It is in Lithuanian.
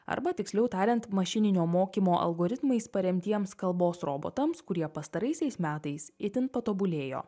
arba tiksliau tariant mašininio mokymo algoritmais paremtiems kalbos robotams kurie pastaraisiais metais itin patobulėjo